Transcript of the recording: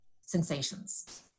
sensations